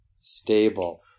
stable